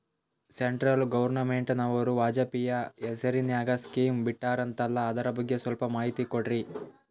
Central ಗವರ್ನಮೆಂಟನವರು ವಾಜಪೇಯಿ ಹೇಸಿರಿನಾಗ್ಯಾ scheme ಬಿಟ್ಟಾರಂತಲ್ಲ ಅದರ ಬಗ್ಗೆ ಸ್ವಲ್ಪ ಮಾಹಿತಿ ಕೊಡ್ರಿ?